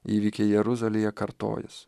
įvykiai jeruzalėje kartojas